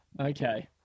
okay